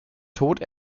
tod